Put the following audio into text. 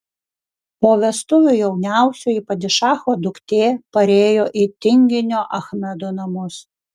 po vestuvių jauniausioji padišacho duktė parėjo į tinginio achmedo namus